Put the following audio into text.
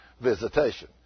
visitation